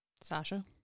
Sasha